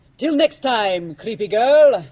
till next time, creepy girl.